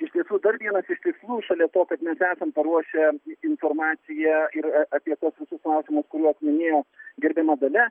iš tiesų dar vienas iš tikslų šalia to kad mes esam paruošę informaciją ir apie tuos visus klausimus kuriuos minėjo gerbiama dalia